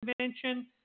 Convention